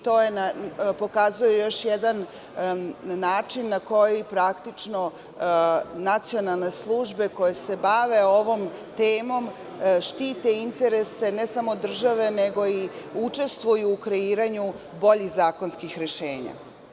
To pokazuje još jedan način na koji nacionalne službe koje se bave ovom temom štite interese ne samo države, nego i učestvuju u kreiranju boljih zakonskih rešenja.